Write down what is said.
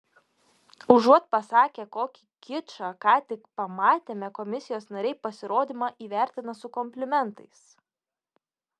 užuot pasakę kokį kičą ką tik pamatėme komisijos nariai pasirodymą įvertina su komplimentais